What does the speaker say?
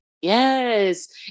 yes